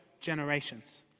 generations